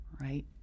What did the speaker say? right